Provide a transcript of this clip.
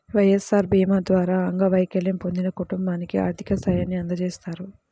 వైఎస్ఆర్ భీమా ద్వారా అంగవైకల్యం పొందిన కుటుంబానికి ఆర్థిక సాయాన్ని అందజేస్తారు